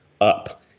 up